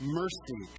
mercy